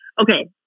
Okay